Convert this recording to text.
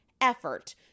effort